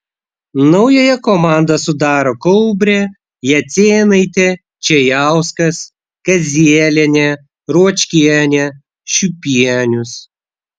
naująją komandą sudaro kaubrė jacėnaitė čėjauskas kazielienė ruočkienė šiupienius